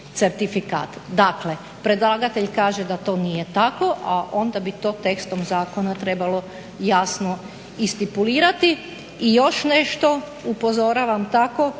certifikat. Dakle, predlagatelj kaže da to nije tako, a onda bi to tekstom zakona trebalo jasno i stipulirati. I još nešto. Upozoravam također